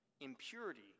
impurity